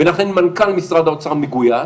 ולכן מנכ"ל משרד האוצר מגויס.